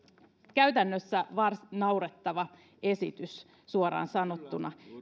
käytännössä naurettava esitys suoraan sanottuna